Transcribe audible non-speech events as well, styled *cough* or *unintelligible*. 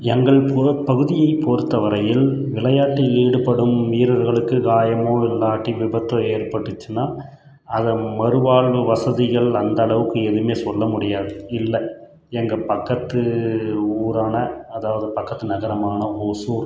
எங்கள் *unintelligible* பகுதியை பொறுத்த வரையில் விளையாட்டில் ஈடுபடும் வீரர்களுக்கு காயமோ இல்லாட்டி விபத்தோ ஏற்பட்டுச்சுனா அதை மறுவாழ்வு வசதிகள் அந்தளவிற்க்கு எதுவுமே சொல்ல முடியாது இல்லை எங்கள் பக்கத்து ஊரான அதாவது பக்கத்து நகரமான ஒசூர்